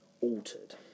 altered